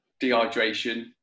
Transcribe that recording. dehydration